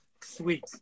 Sweet